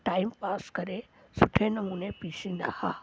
time pass करे सुठे नमूने पीसींदा हुआ